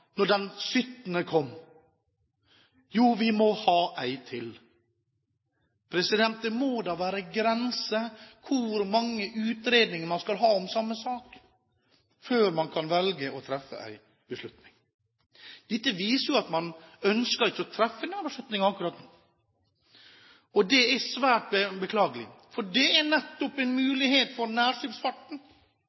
den 17. kom? Jo, vi må ha én til. Det må da være grenser for hvor mange utredninger man skal ha om samme sak før man kan velge å treffe en beslutning. Dette viser jo at man ikke ønsker å treffe noen beslutning akkurat nå. Og det er svært beklagelig, for det er nettopp en mulighet for nærskipsfarten,